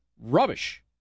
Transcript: rubbish